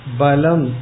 balam